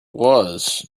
was